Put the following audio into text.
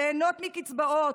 ליהנות מקצבאות,